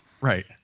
Right